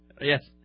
Yes